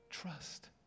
Trust